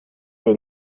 des